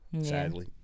sadly